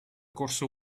corso